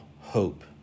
hope